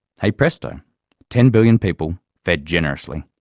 hey presto ten billion people fed generously,